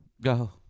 go